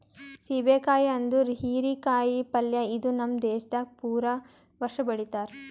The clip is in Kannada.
ಸೀಬೆ ಕಾಯಿ ಅಂದುರ್ ಹೀರಿ ಕಾಯಿ ಪಲ್ಯ ಇದು ನಮ್ ದೇಶದಾಗ್ ಪೂರಾ ವರ್ಷ ಬೆಳಿತಾರ್